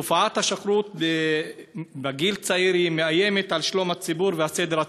תופעת השכרות בגיל צעיר מאיימת על שלום הציבור ועל הסדר הציבורי,